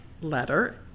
letter